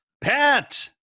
Pat